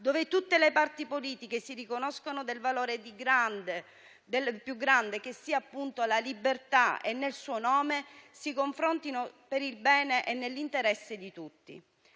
dove tutte le parti politiche si riconoscono nel valore più grande, che è appunto la libertà, e nel suo nome si confrontino per il bene e nell'interesse di tutti.